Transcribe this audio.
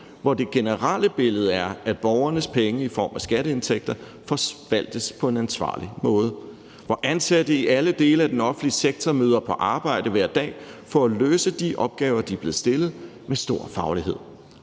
hvor det generelle billede er, at borgernes penge i form af skatteindtægter forvaltes på en ansvarlig måde, hvor ansatte i alle dele af den offentlige sektor møder på arbejde hver dag for at løse de opgaver, de er blevet stillet, med stor faglighed.